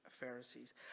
Pharisees